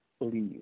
leave